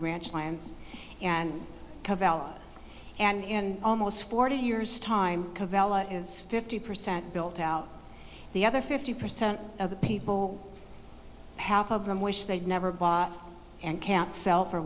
branch lands and and in almost forty years time covello is fifty percent built out the other fifty percent of the people half of them wish they never bought and can't sell for